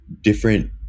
different